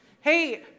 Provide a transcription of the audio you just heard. Hey